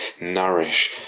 nourish